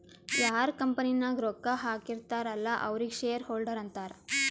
ಯಾರ್ ಕಂಪನಿ ನಾಗ್ ರೊಕ್ಕಾ ಹಾಕಿರ್ತಾರ್ ಅಲ್ಲಾ ಅವ್ರಿಗ ಶೇರ್ ಹೋಲ್ಡರ್ ಅಂತಾರ